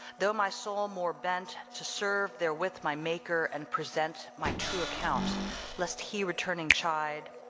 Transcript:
though my soul more bent to serve there with my maker and present my true account lest he returning chide,